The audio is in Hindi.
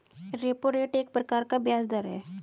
रेपो रेट एक प्रकार का ब्याज़ दर है